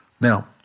Now